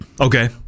Okay